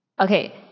Okay